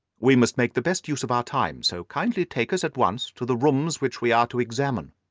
we must make the best use of our time, so kindly take us at once to the rooms which we are to examine.